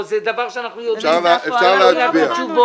אנחנו רוצים רביזיה על הכול.